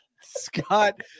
Scott